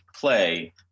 play